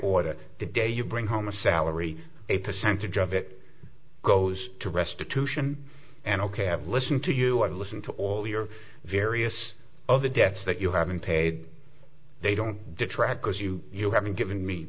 order the day you bring home a salary a percentage of it goes to restitution and ok i have listened to you i listened to all the or various other debts that you haven't paid they don't detract because you you haven't given me